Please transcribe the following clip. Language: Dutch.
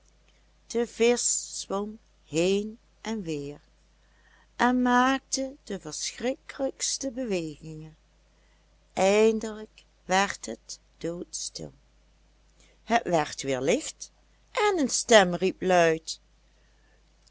de visch zwom heen en weer hij maakte de verschrikkelijkste bewegingen eindelijk werd hij doodstil het werd weer licht en een stem riep luide